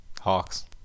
Hawks